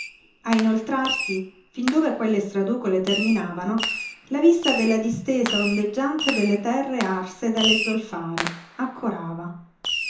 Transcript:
a inoltrarsi fin dove quelle straducole terminavano la vista della distesa ondeggiante delle terre arse dalle zolfare accorava